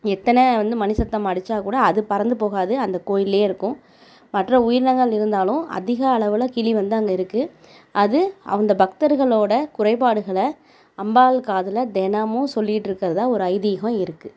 எத்தனை வந்து மணி சத்தம் அடித்தாக்கூட அது பறந்து போகாது அந்த கோவில்லியே இருக்கும் மற்ற உயிரினங்கள் இருந்தாலும் அதிக அளவில் கிளி வந்து அங்கே இருக்கு அது அந்த பக்தர்களோட குறைபாடுகளை அம்பாள் காதில் தினமும் சொல்லிகிட்ருக்கிறதா ஒரு ஐதீகம் இருக்கு